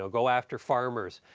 go go after farmers,